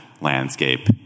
landscape